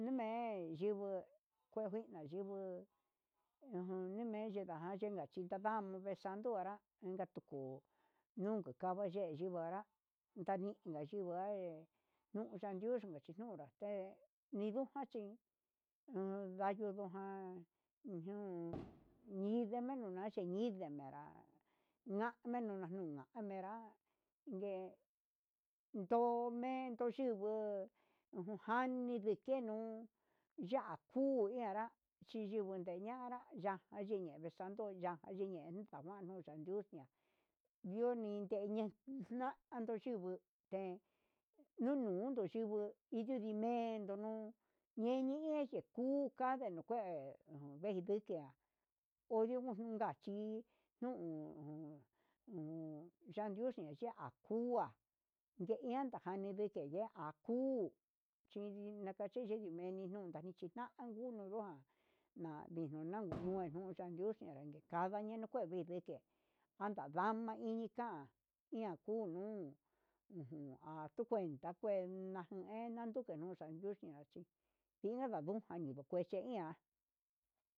Nime'e yunguu kuevina yunguu, ajan yime yinga ndikachí tindama vee sando anrá intu nunku kava ye'e yinguii nguanra ndaninka yingua he ndio nayunka kaxhi nuu nunraxte ninruja chí he ndayundu ján un ñiñoma ndemendo naxhi nii nindemerá name nunanunka name'era ngue, ndomendo yinguu ujani ndekeno yakuu nuyanrá chi nduende ña'ara ya'á ayini vee sando ya'á ayine tamanu ndanduu ndixna yoni tiñe'e uxnando yinguu té nunundu xhinguu indio mendo no'o ñeñeye kuka kandenukue nuu nevijudia ove nikunka achí nuu hu nandio xhi ya'á jua ndeian takani dike ya'á akuu chini naka chi nde ihó meni nuni chitanuu nguu nundua, navixna nune yuya'a anduxhe nikanda ñenuu ngue vinde anda ndanaa iñika ian ndu nuu atu cuenta ena'a ndeyuu chanuxhia chí jindanunja ni nukuechi ni iha.